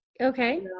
Okay